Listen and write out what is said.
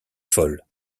folle